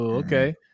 Okay